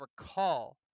recall